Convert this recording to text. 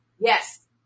Yes